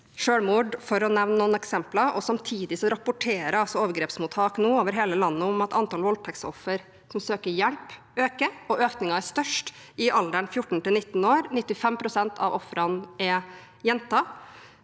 selvmord – for å nevne noen eksempler. Samtidig rapporterer overgrepsmottak over hele landet om at antall voldtektsoffer som søker hjelp, øker. Økningen er størst i alderen 14–19 år, og 95 pst. av ofrene er jenter.